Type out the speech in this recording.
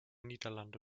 niederlande